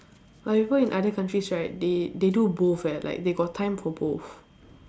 uh people in other counties right they they do both eh like they got time for both